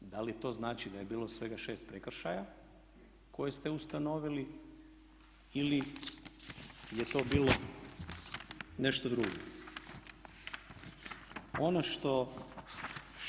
Da li to znači da je bilo svega 6 prekršaja koje ste ustanovili ili je to bilo nešto drugo?